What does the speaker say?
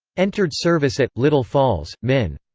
entered service at little falls, minn.